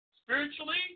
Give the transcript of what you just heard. spiritually